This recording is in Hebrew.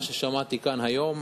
מה ששמעתי כאן היום,